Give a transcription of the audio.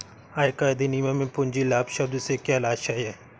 आयकर अधिनियम में पूंजी लाभ शब्द से क्या आशय है?